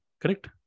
Correct